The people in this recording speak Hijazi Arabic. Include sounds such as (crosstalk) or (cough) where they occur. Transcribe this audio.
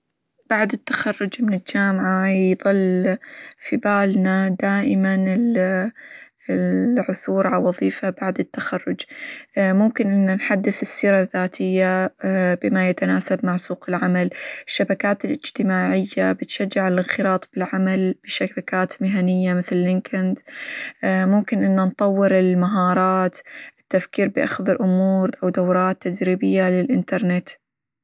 بعد التخرج من الجامعة يظل في بالنا دائمًا -ال- العثور على وظيفة، بعد التخرج (hesitation) ممكن إنه نحدث السيرة الذاتية (hesitation) بما يتناسب مع سوق العمل ،الشبكات الإجتماعية بتشجع على الإنخراط بالعمل بشبكات مهنية مثل لينكد (hesitation) ممكن إنه نطور المهارات، التفكير بأخذ الأمور، أو دورات تذريبية للإنترنت.